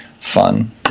fun